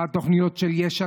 מה התוכניות של יש עתיד.